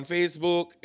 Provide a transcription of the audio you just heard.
Facebook